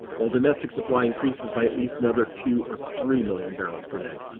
while domestic supply increases by at least another two or three million barrels per day.